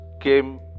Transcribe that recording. came